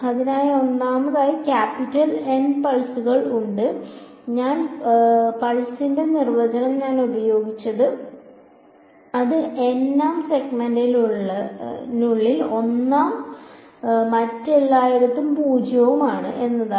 അതിനാൽ ഒന്നാമതായി capital N പൾസുകൾ ഉണ്ട് ഈ പൾസിന്റെ നിർവചനം ഞാൻ ഉപയോഗിച്ചത് അത് n ാം സെഗ്മെന്റിനുള്ളിൽ 1 ഉം മറ്റെല്ലായിടത്തും 0 ഉം ആണ് എന്നതാണ്